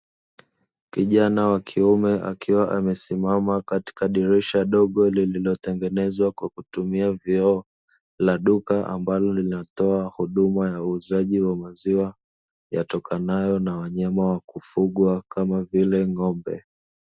Kijana wa kiume akiwa amesimama katika dirisha dogo lililotengenezwa kwa kutumia vioo, la duka ambalo linatoa huduma ya uuzaji wa maziwa, yatokanayo na wanyama wa kufugwa kama vile ng'ombe.